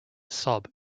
sob